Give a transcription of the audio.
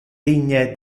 digne